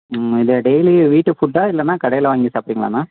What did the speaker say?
இல்லை டெய்லி வீட்டு ஃபுட்டா இல்லைன்னா கடையில் வாங்கி சாப்பிடுவீங்களாம்மா